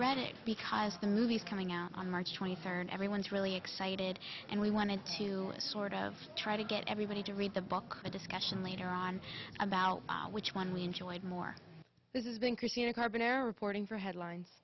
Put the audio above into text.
read it because the movies coming out on march twenty third everyone's really excited and we wanted to sort of try to get everybody to read the book a discussion later on about which one we enjoyed more this is being christina carbon error reporting for headlines